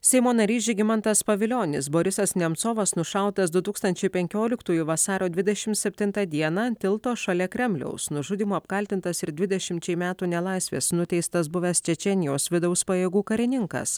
seimo narys žygimantas pavilionis borisas nemcovas nušautas du tūkstančiai penkioliktųjų vasario dvidešimt septintą dieną ant tilto šalia kremliaus nužudymu apkaltintas ir dvidešimčiai metų nelaisvės nuteistas buvęs čečėnijos vidaus pajėgų karininkas